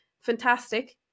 fantastic